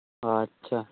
ᱟᱪᱪᱷᱟ